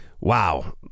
wow